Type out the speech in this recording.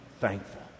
thankful